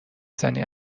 زنی